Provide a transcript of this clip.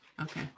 Okay